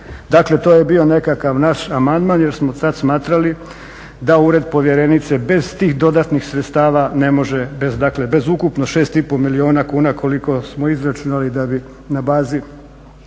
dakle to je bio nekakav naš amandman jer smo tada smatrali da Ured povjerenice bez tih dodatnih sredstava ne može dakle bez ukupno 6,5 milijuna kuna koliko smo izračunali da bi na bazi